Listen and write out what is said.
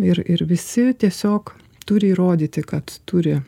ir ir visi tiesiog turi įrodyti kad turi